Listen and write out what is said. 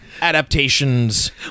adaptations